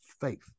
faith